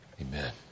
Amen